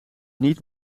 niet